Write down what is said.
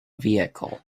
vehicle